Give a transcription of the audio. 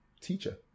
teacher